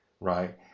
right